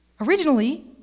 originally